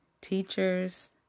teachers